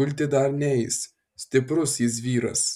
gulti dar neis stiprus jis vyras